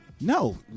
no